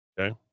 Okay